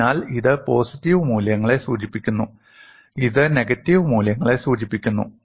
അതിനാൽ ഇത് പോസിറ്റീവ് മൂല്യങ്ങളെ സൂചിപ്പിക്കുന്നു ഇത് നെഗറ്റീവ് മൂല്യങ്ങളെ സൂചിപ്പിക്കുന്നു